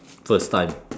first time